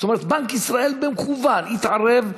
זאת אומרת בנק ישראל במכוון התערב,